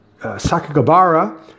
Sakagabara